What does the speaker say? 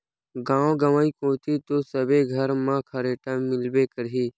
गाँव गंवई कोती तो सबे घर मन म खरेटा मिलबे करही